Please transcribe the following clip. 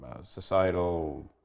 societal